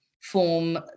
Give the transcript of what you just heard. form